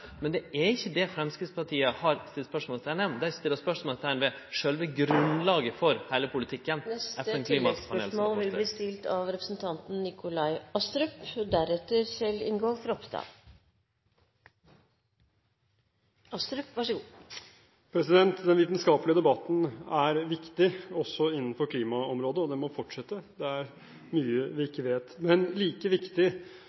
Men det er ikkje det Framstegspartiet har sett spørsmålsteikn ved. Dei har sett spørsmålsteikn ved sjølve grunnlaget for heile politikken… Nikolai Astrup – til oppfølgingsspørsmål. Den vitenskapelige debatten er viktig, også innenfor klimaområdet, og den må fortsette – det er mye vi